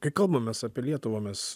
kai kalbamės apie lietuvą mes